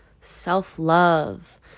self-love